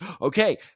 okay